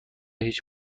هیچ